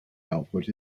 output